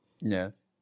yes